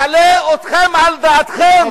מעביר אתכם על דעתכם.